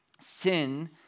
Sin